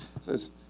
says